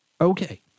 Okay